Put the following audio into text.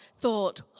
thought